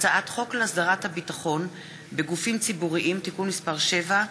הצעת חוק להסדרת הביטחון בגופים ציבוריים (תיקון מס' 7)